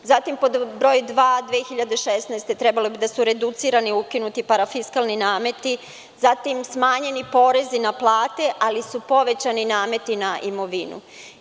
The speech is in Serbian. Pod broj dva, 2016. godine trebalo bi da su reducirani i ukinuti parafiskalni nameti, zatim smanjeni porezi na plate, ali su povećani nameti na imovinu.